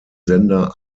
sender